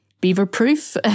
beaver-proof